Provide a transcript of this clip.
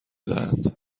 دهند